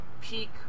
Peak